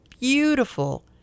beautiful